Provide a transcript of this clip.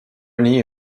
nii